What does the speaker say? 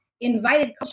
invited